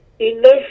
Enough